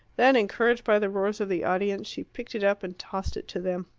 then, encouraged by the roars of the audience, she picked it up and tossed it to them.